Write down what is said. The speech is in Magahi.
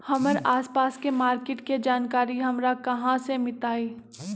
हमर आसपास के मार्किट के जानकारी हमरा कहाँ से मिताई?